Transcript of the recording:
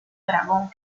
dragón